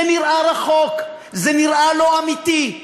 זה נראה רחוק, זה נראה לא אמיתי,